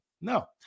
No